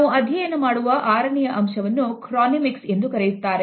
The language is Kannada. ನಾವುಅಧ್ಯಯನಮಾಡುವ ಆರನೆಯ ಅಂಶವನ್ನು Chronemics ಕ್ರಾನೆಮಿಕ್ಸ್ ಎಂದು ಕರೆಯುತ್ತಾರೆ